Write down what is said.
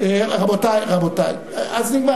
אתה רואה